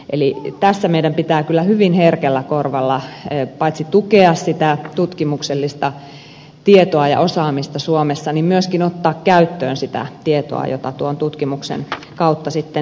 eli tässä meidän pitää kyllä hyvin herkällä korvalla paitsi tukea sitä tutkimuksellista tietoa ja osaamista suomessa niin myöskin ottaa käyttöön sitä tietoa jota tuon tutkimuksen kautta sitten saamme